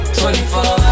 24